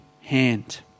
hand